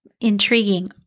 Intriguing